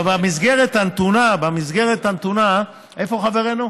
אבל במסגרת הנתונה, איפה חברנו?